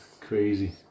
crazy